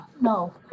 no